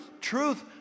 Truth